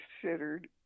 considered